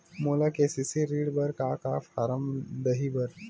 मोला के.सी.सी ऋण बर का का फारम दही बर?